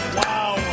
wow